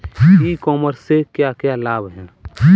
ई commerce से क्या क्या लाभ हैं?